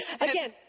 again